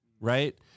Right